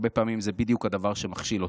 הרבה פעמים זה בדיוק הדבר שמכשיל אותנו.